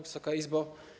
Wysoka Izbo!